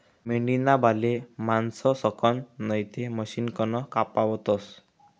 मेंढीना बाले माणसंसकन नैते मशिनकन कापावतस